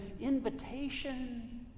invitation